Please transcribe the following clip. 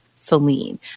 Celine